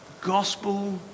Gospel